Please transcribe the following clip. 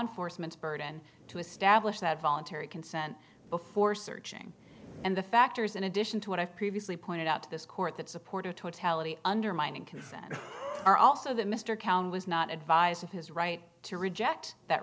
enforcement burden to establish that voluntary consent before searching and the factors in addition to what i've previously pointed out to this court that supported totality undermining consent are also that mr cowan was not advised of his right to reject that